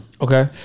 Okay